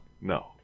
no